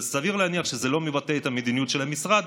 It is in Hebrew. סביר להניח שזה לא מבטא את המדיניות של המשרד,